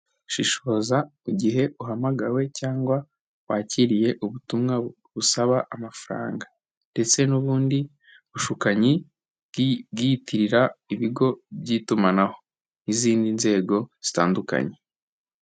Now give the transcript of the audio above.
Shishoza igihe uhamagawe cyangwa wakiriye ubutumwa busaba amafaranga ndetse n'ubundi bushukanyi bwiyitirira ibigo by'itumanaho n'izindi nzego zitandukanye.